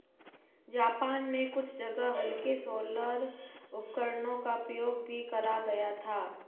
Japan में कुछ जगह हल्के सोलर उपकरणों का प्रयोग भी करा गया था